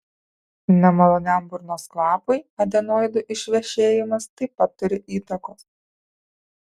nemaloniam burnos kvapui adenoidų išvešėjimas taip pat turi įtakos